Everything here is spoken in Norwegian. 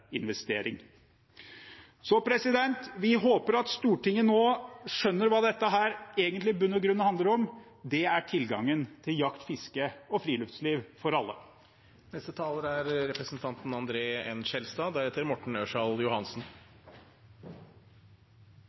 Vi håper at Stortinget nå skjønner hva dette i bunn og grunn handler om. Det er tilgangen til jakt, fiske og friluftsliv for